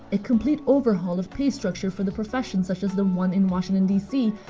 a complete overhaul of pay structure for the profession, such as the one in washington, d c,